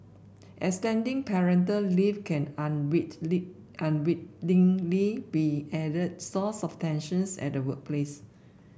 extending parental leave can unwittingly be an added source of tensions at the workplace